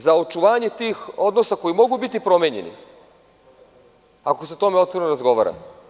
Za očuvanje tih odnosa koji mogu biti promenjeni, ako se o tome otvoreno razgovara.